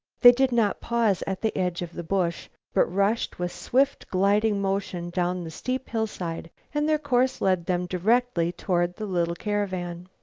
they did not pause at the edge of the bush, but rushed with swift, gliding motion down the steep hillside, and their course led them directly toward the little caravan.